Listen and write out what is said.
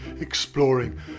exploring